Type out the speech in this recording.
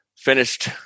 Finished